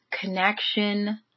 connection